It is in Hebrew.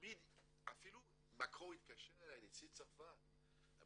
אפילו מקרון נשיא צרפת התקשר אלי,